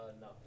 No